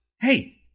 Hey